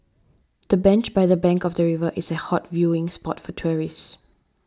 the bench by the bank of the river is a hot viewing spot for tourists